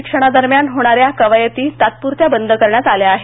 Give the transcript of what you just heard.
प्रशिक्षणादरम्यान होणाऱ्या कवायती तात्पुरत्या बंद करण्यात आल्या आहेत